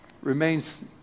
remains